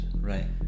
Right